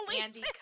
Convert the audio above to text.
Andy